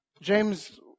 James